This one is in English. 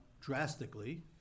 drastically